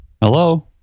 Hello